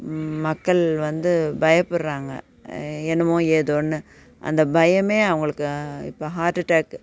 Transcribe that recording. மக்கள் வந்து பயப்படுறாங்க என்னமோ ஏதோன்னு அந்த பயமே அவங்களுக்கு இப்போ ஹார்ட் அட்டேக்